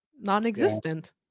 non-existent